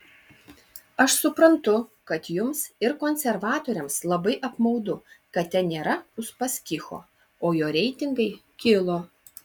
aš suprantu kad jums ir konservatoriams labai apmaudu kad ten nėra uspaskicho o jo reitingai kilo